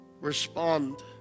respond